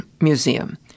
Museum